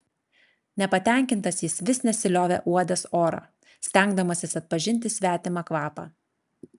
nepatenkintas jis vis nesiliovė uodęs orą stengdamasis atpažinti svetimą kvapą